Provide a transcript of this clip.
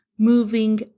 moving